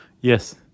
Yes